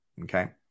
Okay